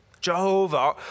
Jehovah